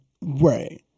right